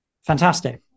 Fantastic